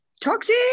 toxic